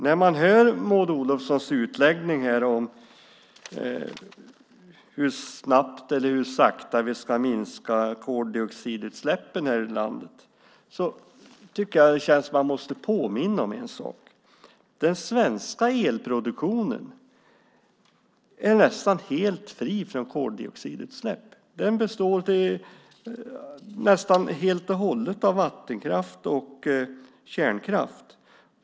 När man hör Maud Olofssons utläggning om hur sakta vi ska minska koldioxidutsläppen i landet tycker jag att det känns som om man måste påminna om en sak. Den svenska elproduktionen är nästan helt fri från koldioxidutsläpp. Den består nästan helt och hållet av vattenkraft och kärnkraft.